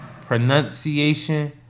Pronunciation